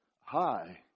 hi